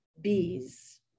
bees